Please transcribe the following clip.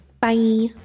Bye